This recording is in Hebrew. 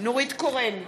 נורית קורן,